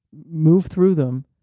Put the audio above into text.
move through them,